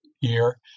year